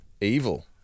evil